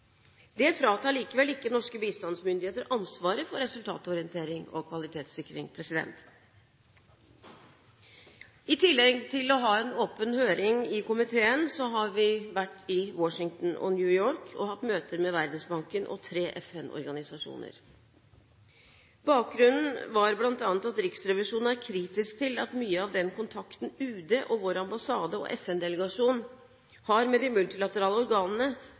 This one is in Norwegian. Det fratar likevel ikke norske bistandsmyndigheter ansvaret for resultatorientering og kvalitetssikring. I tillegg til å ha hatt en åpen høring i komiteen har vi vært i Washington og New York og hatt møter med Verdensbanken og tre FN-organisasjoner. Bakgrunnen var bl.a. at Riksrevisjonen er kritisk til at mye av den kontakten Utenriksdepartementet, vår ambassade og FN-delegasjon har med de multilaterale organene,